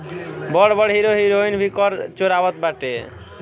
बड़ बड़ hero heroine भी कर चोरावत बाटे